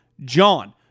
JOHN